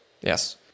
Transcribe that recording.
Yes